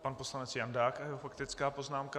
Pan poslanec Jandák a jeho faktická poznámka.